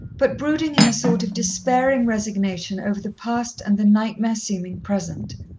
but brooding in a sort of despairing resignation over the past and the nightmare-seeming present.